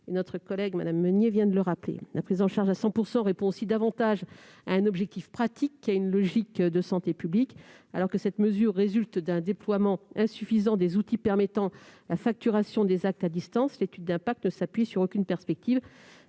notre collègue Mme Meunier vient de le rappeler. La prise en charge à 100 % répond par ailleurs davantage à un objectif pratique qu'à une logique de santé publique : alors que cette mesure résulte d'un déploiement insuffisant des outils permettant la facturation des actes à distance, l'étude d'impact ne s'appuie sur aucune perspective